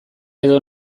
edo